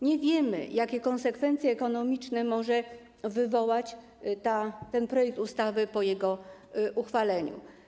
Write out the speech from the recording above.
Nie wiemy, jakie konsekwencje ekonomiczne może wywołać ten projekt ustawy po jego uchwaleniu.